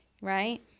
right